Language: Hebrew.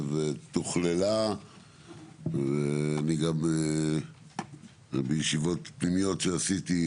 ותוכללה ואני גם בישיבות פנימיות שעשיתי,